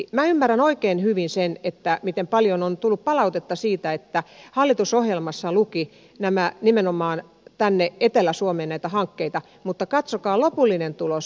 minä ymmärrän oikein hyvin sen miten paljon on tullut palautetta siitä että hallitusohjelmassa luki että nimenomaan tänne etelä suomeen tulee näitä hankkeita mutta katsokaa lopullinen tulos